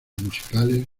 musicales